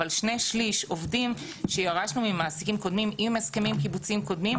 אבל שני שליש עובדים שירשנו ממעסיקים קודמים עם הסכמים קיבוציים קודמים,